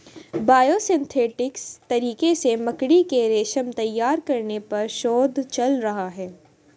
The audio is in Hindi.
बायोसिंथेटिक तरीके से मकड़ी के रेशम तैयार करने पर शोध चल रहा है